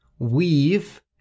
Weave